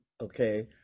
okay